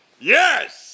Yes